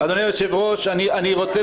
אדוני היושב-ראש, אני רוצה